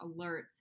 alerts